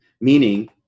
Meaning